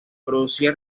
producía